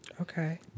Okay